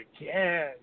again